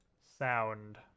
sound